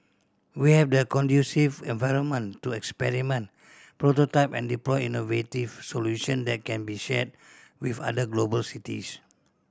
we have the conducive environment to experiment prototype and deploy innovative solution that can be shared with other global cities